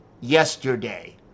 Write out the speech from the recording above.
yesterday